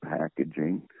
packaging